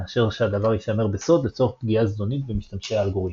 מאשר שהדבר ישמר בסוד לצורך פגיעה זדונית במשתמשי האלגוריתם.